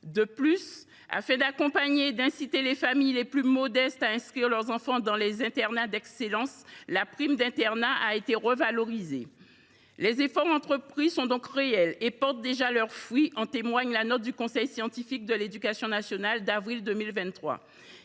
De plus, afin d’accompagner et d’inciter les familles les plus modestes à inscrire leurs enfants dans les internats d’excellence, la prime d’internat a été revalorisée. Les efforts entrepris sont donc réels. Ils portent déjà leurs fruits, comme en témoigne la note du conseil scientifique de l’éducation nationale d’avril 2023.